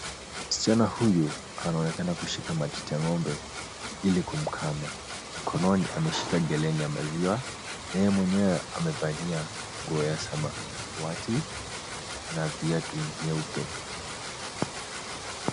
Msichana huyu anaonekana kushika matiti ya ng'ombe ili kumkama. Mkononi ameshika geleni ya maziwa. Yeye mwenyewe amevalia nguo ya samawati na viatu nyeupe.